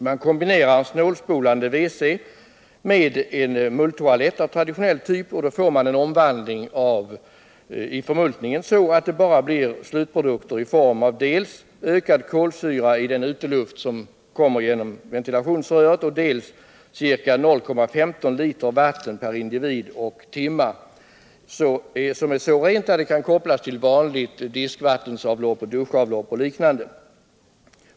Man kombinerar en snålspolande WC med en mulltoalett av traditionell typ, varvid slutresultatet blir dels en ökning av kolsyran i den utluft som kommer genom ventilationsröret, dels ett utsläpp av 0.151 vatten per individ och timme. Detta vatten är så rent att det kan kopplas till vanligt diskvattensavlopp, duschavlopp och liknande.